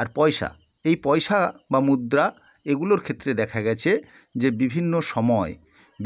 আর পয়সা এই পয়সা বা মুদ্রা এগুলোর ক্ষেত্রে দেখা গেছে যে বিভিন্ন সময়